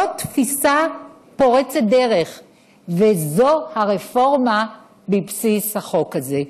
זו תפיסה פורצת דרך וזו הרפורמה בבסיס החוק הזה.